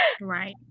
Right